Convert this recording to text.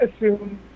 assume